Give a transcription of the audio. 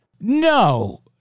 No